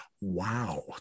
wow